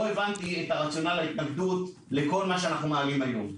הבנתי את הרציונל להתנגדות לכל מה שאנו מעלים היום.